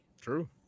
True